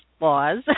laws